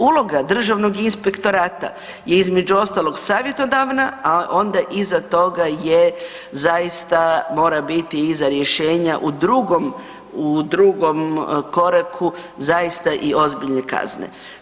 Uloga Državnog inspektorata je između ostalog savjetodavna a onda iza toga je zaista mora biti iza rješenja u drugom koraku zaista i ozbiljne kazne.